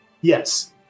Yes